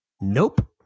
nope